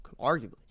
arguably